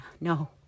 No